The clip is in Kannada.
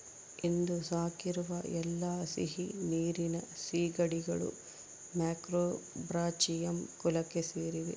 ಇಂದು ಸಾಕಿರುವ ಎಲ್ಲಾ ಸಿಹಿನೀರಿನ ಸೀಗಡಿಗಳು ಮ್ಯಾಕ್ರೋಬ್ರಾಚಿಯಂ ಕುಲಕ್ಕೆ ಸೇರಿವೆ